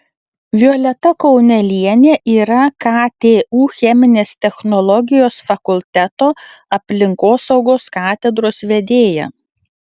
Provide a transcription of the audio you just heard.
violeta kaunelienė yra ktu cheminės technologijos fakulteto aplinkosaugos katedros vedėja